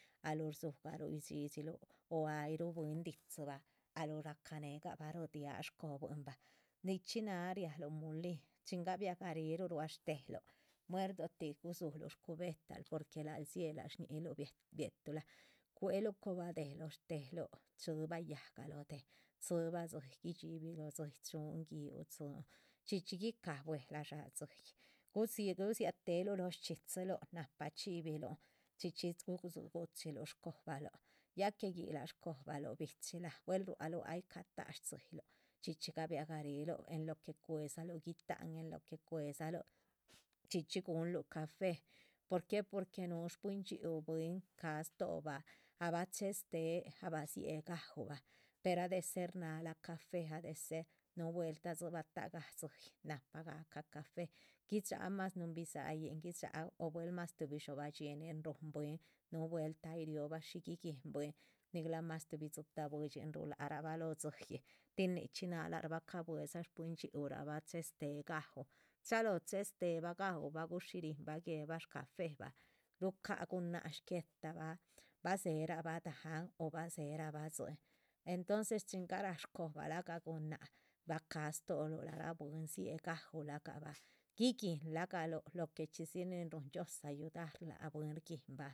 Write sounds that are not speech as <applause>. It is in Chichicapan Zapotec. Ah luh rdzohbah ruidhxídhxiluh, o ay ruhu bwín dídzibah, ahluh racanegabah rdíaha shcobuinbah, nichxí náha rialuh mulin, chin gabiah gariluh rua shtéheluh muerdotih. gudzuluh shcubetahl dziéhe ay shñi´yiluh biehtulah, cueluh cobah déh lóh shtéheluh dzibah yáhga lóho déh dzíbah dzíyih guidxibih lóho dziyih, chúhun giúh. chuhún chxí chxí guicáh bwelah dsháhan dzíyih, gudzi gudziatéheluh lóho shchxídziluh nahpa chxíbilun chxí chxí <unintelligible> guguchiluh shcobahluh, ya que yíc lha shcobahluh. bichilah rualuh ay catáha sdzíyiluh, chxí chxí gabiah gariluh en lo que cuedzaluh guitáhan en lo que cuedzaluh chxí chxí, guhunluh café, porque porque núhu shpuib ndxíuh. bwín ca´ stóhobah ah bah chéhestec ah bah dziée gaubah per ah de ser náhala cafe ah de ser núhu vueltah dzizbah táha gah dzíyih, nahpa gahca café, guidxáha mas núhun. bidza´h yin, guidxá ha o buel mas tuhbi dxobah dhxínin ruhun bwín, núhu vueltah ay riobah shí guiguíhn bwín, niglah mas tuhbi dzitah buidxin ruhulac rabah lóhoo dzíyih. tin nichxí náha arbah cabuehedza shpwín dxhíuluhnraabah riastéhe gaú, chalóho chéhe stéhebah gaúbah gushí rinbah guéhbah shcafébah rucáha gunáhc shguéhtabah bah. dzéherabah dáhan o bah dzéherabah tzín, entonces chin garáh shcobalagah gunáhc ba´cáha stóholuh lac rah bwín dzíeh gaú lah gahbah guiguín lac gah luh lo que chxidzi nin. rúhun dhxióoza ayudar lac bwín shguinbah.